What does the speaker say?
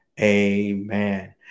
amen